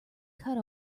cut